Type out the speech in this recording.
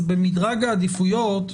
אז במדרג העדיפויות,